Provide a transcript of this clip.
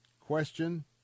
question